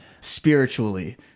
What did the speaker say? spiritually